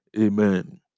amen